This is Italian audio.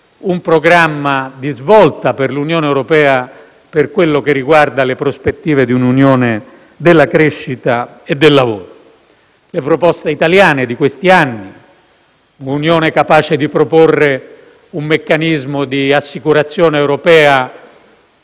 un programma di svolta per l'Unione europea per quello che riguarda le prospettive di un'Unione della crescita e del lavoro. Le proposte italiane di questi anni sono state relative ad un'Unione capace di proporre un meccanismo di assicurazione europea